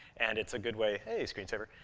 and it's a good way hey, screen saver.